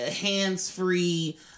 hands-free